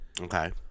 Okay